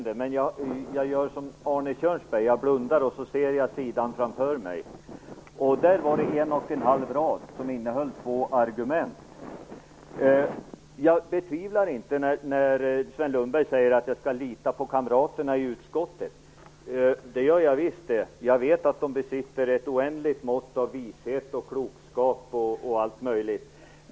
Därför gör jag som Arne Kjörnsberg, blundar och ser sidan framför mig. Jag ser då en och en halv rad som innehåller två argument. Jag betvivlar inte att jag, som Sven Lundberg säger, kan lita på kamraterna i utskottet. Jag vet att de besitter ett oändligt mått av vishet och klokskap.